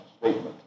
statement